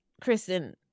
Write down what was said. Kristen